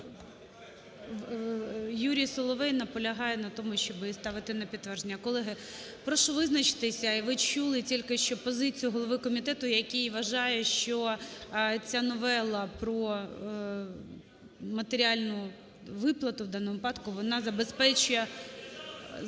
Юрій Соловей наполягає на тому, щоб її ставити на підтвердження. Колеги, прошу визначитися. І ви чули тільки що позицію голови комітету, який вважає, що ця новела про матеріальну виплату в даному випадку, вона забезпечує…